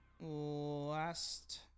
Last